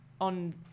on